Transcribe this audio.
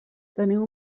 teniu